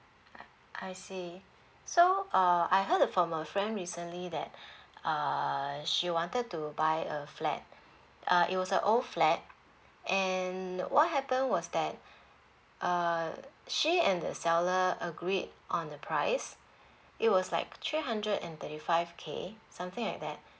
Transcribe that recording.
I see so uh I heard it from a friend recently that uh she wanted to buy a flat uh it was a old flat and what happened was that uh she and the seller agreed on the price it was like three hundred and thirty five K something like that